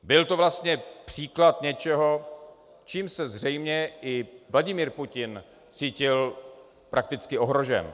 Byl to příklad něčeho, čím se zřejmě i Vladimir Putin cítil prakticky ohrožen.